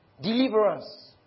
Deliverance